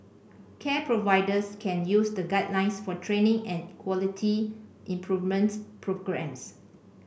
care providers can use the guidelines for training and quality improvement programmes